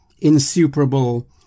insuperable